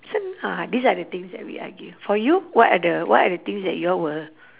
this one ah these are the things that we argue for you what are the what are the things that you all will